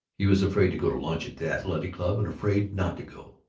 he was afraid to go to lunch at the athletic club, and afraid not to go.